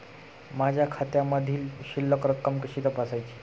माझ्या खात्यामधील शिल्लक रक्कम कशी तपासायची?